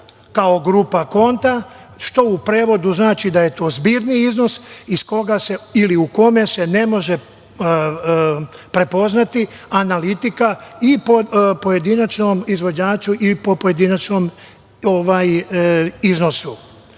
kao grupa konta, što u prevodu znači da je to zbirni iznos iz koga se ili u kome se ne može prepoznati analitika i po pojedinačnom izvođaču i po pojedinačnom iznosu. Gde